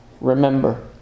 Remember